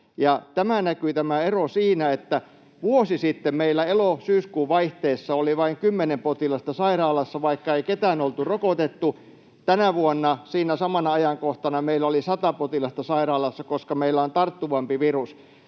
tämä ero näkyy siinä, että vuosi sitten meillä elo—syyskuun vaihteessa oli vain kymmenen potilasta sairaalassa, vaikka ei ketään oltu rokotettu. Tänä vuonna sinä samana ajankohtana meillä oli sata potilasta sairaalassa, koska meillä on tarttuvampi virus.